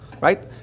Right